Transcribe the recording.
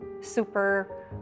super